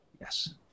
Yes